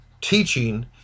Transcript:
teaching